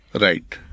Right